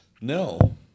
No